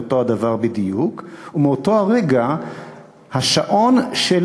זה אותו דבר בדיוק ומאותו רגע השעון של